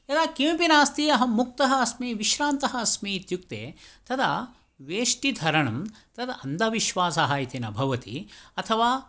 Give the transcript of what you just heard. यदा किमपि नास्ति अहं मुक्तः अस्मि विश्रान्तः अस्मि इत्युक्ते तदा वेष्टिधरणं तद् अन्धविश्वासः इति न भवति अथवा